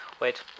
Wait